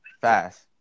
fast